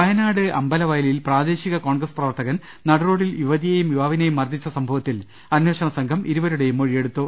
വയനാട് അമ്പലവയലിൽ പ്രാദേശിക കോൺഗ്രസ് പ്രവർത്തകൻ നടുറോഡിൽ യുവതിയെയും യുവാവിനെയും മർദ്ദിച്ച സംഭവത്തിൽ അന്വേഷണസംഘം ഇരുവരുടെയും മൊഴിയെടുത്തു